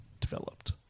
developed